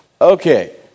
Okay